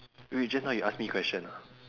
wait just now you ask me question ah